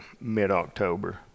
mid-October